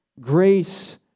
grace